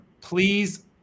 please